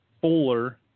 Fuller